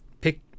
Pick